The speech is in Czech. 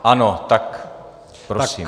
Ano, tak prosím.